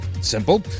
Simple